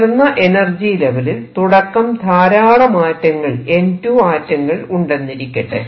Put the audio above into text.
ഉയർന്ന എനർജി ലെവലിൽ തുടക്കം ധാരാളം ആറ്റങ്ങൾ ഉദാഹരണമായി N2 ആറ്റങ്ങൾ ഉണ്ടെന്നിരിക്കട്ടെ